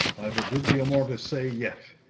i've a good deal more to say yet.